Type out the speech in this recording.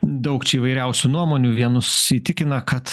daug čia įvairiausių nuomonių vienus įtikina kad